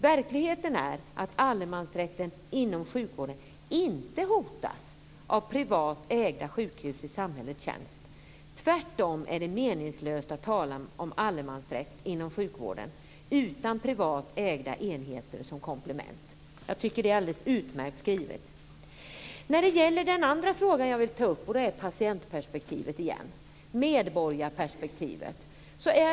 Verkligheten är att allemansrätten inom sjukvården inte hotas av privat ägda sjukhus i samhällets tjänst. Tvärtom är det meningslöst att tala om allemansrätt inom sjukvården utan privat ägda enheter som komplement." Jag tycker att det är alldeles utmärkt skrivet. Den andra frågan jag vill ta upp är patientperspektivet, medborgarperspektivet.